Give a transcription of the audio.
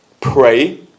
pray